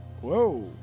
Whoa